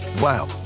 Wow